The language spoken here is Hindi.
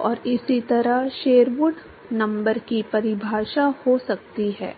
और इसी तरह शेरवुड नंबर की परिभाषा हो सकती है